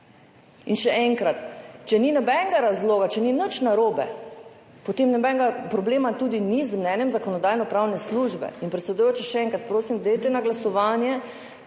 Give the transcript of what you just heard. In še enkrat, če ni nobenega razloga, če ni nič narobe, potem tudi ni nobenega problema z mnenjem Zakonodajno-pravne službe. Predsedujoča, še enkrat, prosim, dajte na glasovanje,